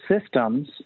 systems